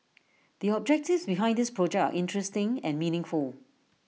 the objectives behind this project are interesting and meaningful